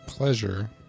Pleasure